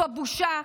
זו בושה.